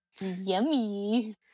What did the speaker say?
Yummy